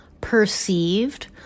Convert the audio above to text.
perceived